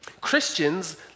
Christians